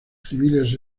civiles